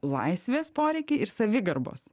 laisvės poreikiai ir savigarbos